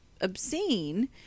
obscene